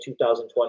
2020